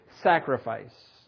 sacrifice